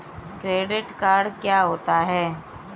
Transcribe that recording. Credit card क्या होता है?